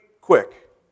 quick